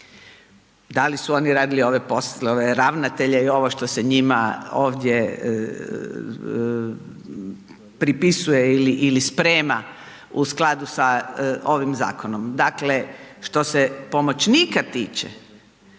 da li su oni radili ove poslove ravnatelja i ovo što se njima ovdje pripisuje ili sprema u skladu sa ovim zakonom. Dakle, što se pomoćnika tiče,